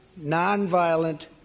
nonviolent